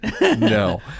No